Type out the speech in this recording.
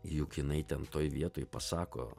juk jinai ten toj vietoj pasako